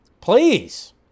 Please